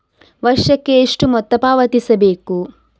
ವರ್ಷಕ್ಕೆ ಎಷ್ಟು ಮೊತ್ತ ಪಾವತಿಸಬೇಕು?